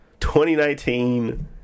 2019